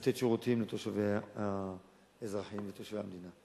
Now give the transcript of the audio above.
לתת שירותים לאזרחים, לתושבי המדינה.